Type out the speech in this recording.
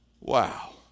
Wow